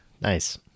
Nice